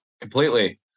completely